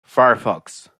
firefox